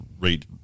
rate